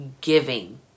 giving